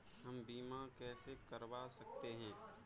हम बीमा कैसे करवा सकते हैं?